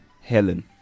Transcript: Helen